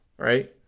Right